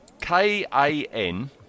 K-A-N